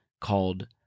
called